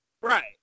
Right